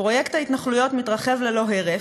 פרויקט ההתנחלויות מתרחב ללא הרף,